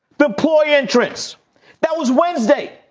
the ploy and tricks that was wednesday.